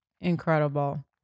incredible